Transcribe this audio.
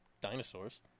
dinosaurs